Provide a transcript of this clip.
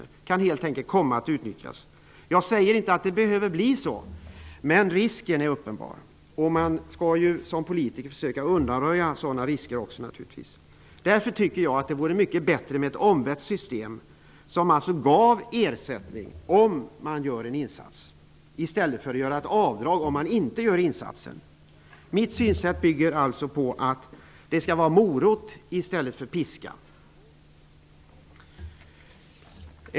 De kan helt enkelt komma att utnyttjas. Jag säger inte att det behöver bli så, men risken är uppenbar. Som politiker skall vi ju försöka undanröja sådana risker också. Därför tycker jag att det vore mycket bättre med ett omvänt system som innebär att ersättning utgår till den som gör en insats. Det är bättre än att göra avdrag när man inte gör någon insats. Mitt synsätt bygger alltså på att det skall vara ''morot'', inte piska.